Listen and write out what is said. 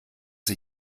sie